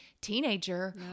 teenager